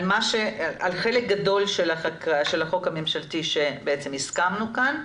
על חלק גדול של החוק הממשלתי שהסכמנו כאן.